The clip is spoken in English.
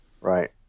Right